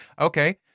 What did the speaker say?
okay